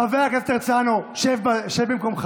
חבר הכנסת הרצנו, שב במקומך.